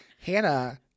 Hannah